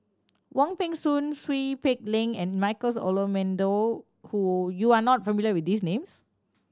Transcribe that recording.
Wong Peng Soon Seow Peck Leng and Michael's Olcomendy who you are not familiar with these names